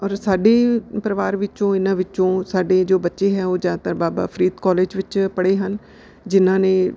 ਔਰ ਸਾਡੀ ਪਰਿਵਾਰ ਵਿੱਚੋਂ ਇਹਨਾਂ ਵਿੱਚੋਂ ਸਾਡੇ ਜੋ ਬੱਚੇ ਹੈ ਉਹ ਜ਼ਿਆਦਾਤਰ ਬਾਬਾ ਫਰੀਦ ਕੌਲਜ ਵਿੱਚ ਪੜ੍ਹੇ ਹਨ ਜਿਨ੍ਹਾਂ ਨੇ